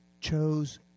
chose